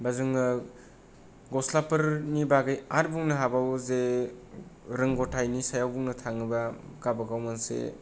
आरो जोङो गस्लाफोरनि बागै आार बुंनो हाबावो रोगौथायनि सायाव बुंनो थाङो बा गावबागाव मोनसे